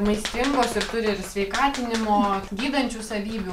maistingos ir turi ir sveikatinimo gydančių savybių